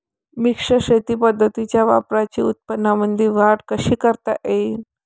मिश्र शेती पद्धतीच्या वापराने उत्पन्नामंदी वाढ कशी करता येईन?